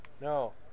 No